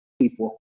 people